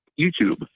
YouTube